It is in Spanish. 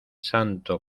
santo